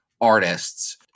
artists